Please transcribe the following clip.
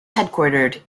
headquartered